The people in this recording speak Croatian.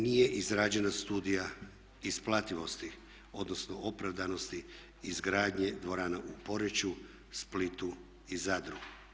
Nije izrađena studija isplativosti, odnosno opravdanosti izgradnje dvorana u Poreču, Splitu i Zadru.